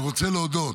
אני רוצה להודות